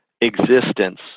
existence